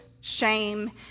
shame